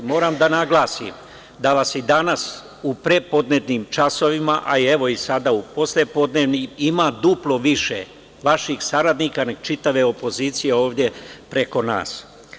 Moram da naglasim da vas i danas u prepodnevnim časovima, a evo i sada u poslepodnevnim, ima duplo više vaših saradnika, nego čitave opozicije ovde preko nas.